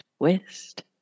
Twist